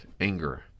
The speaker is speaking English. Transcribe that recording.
anger